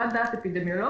וחוות דעת אפידמיולוגית,